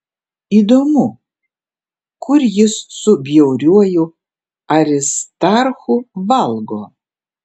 įdomu kur jis su bjauriuoju aristarchu valgo